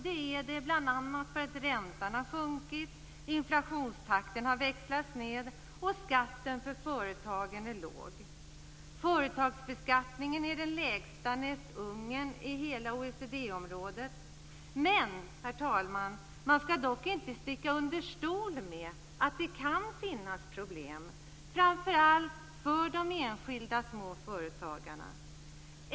Det beror bl.a. på att räntan har sjunkit, inflationstakten har växlats ned och att skatten för företagen är låg. Företagsbeskattningen är den lägsta näst Ungern i hela OECD-området. Man skall dock inte sticka under stol med att det kan finnas problem, framför allt för de enskilda små företagarna.